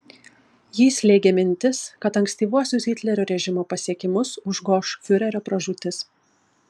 jį slėgė mintis kad ankstyvuosius hitlerio režimo pasiekimus užgoš fiurerio pražūtis